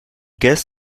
guest